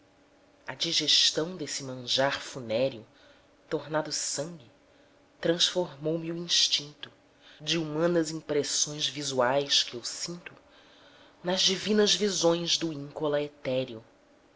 a digestão desse manjar funéreo tornado sangue transformou me o instinto de humanas impressões visuais que eu sinto nas divinas visões do íncola etéreo